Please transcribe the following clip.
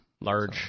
large